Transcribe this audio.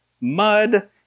mud